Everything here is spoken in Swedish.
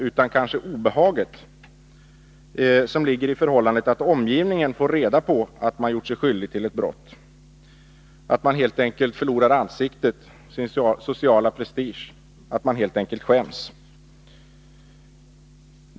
Det är i stället det obehag som ligger i förhållandet att omgivningen får reda på att man har gjort sig skyldig till ett brott, att man förlorar ansiktet och sin sociala prestige, att man helt enkelt skäms.